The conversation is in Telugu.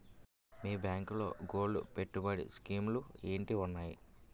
మీ బ్యాంకులో గోల్డ్ పెట్టుబడి స్కీం లు ఏంటి వున్నాయి?